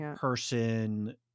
person